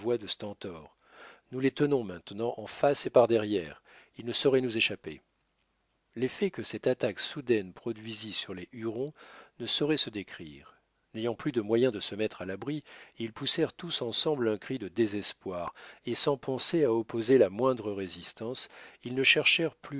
de stentor nous les tenons maintenant en face et par derrière ils ne sauraient nous échapper l'effet que cette attaque soudaine produisit sur les hurons ne saurait se décrire n'ayant plus de moyens de se mettre à l'abri ils poussèrent tous ensemble un cri de désespoir et sans penser à opposer la moindre résistance ils ne cherchèrent